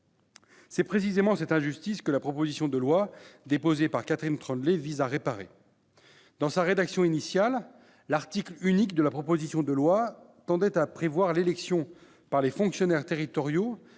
C'est précisément cette injustice que la proposition de loi déposée par Catherine Troendlé vise à réparer. Dans sa rédaction initiale, l'article unique de la proposition de loi tendait à prévoir l'élection par les fonctionnaires territoriaux